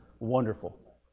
wonderful